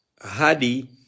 Hadi